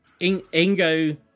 Ingo